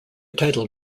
title